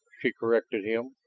she corrected him.